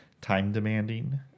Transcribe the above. time-demanding